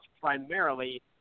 primarily